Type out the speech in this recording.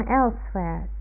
elsewhere